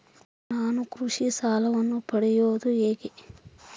ನಾನು ಕೃಷಿ ಸಾಲವನ್ನು ಪಡೆಯೋದು ಹೇಗೆ?